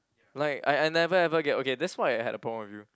like I I never ever get okay that's why I had a problem with you